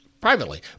privately